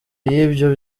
y’ibyo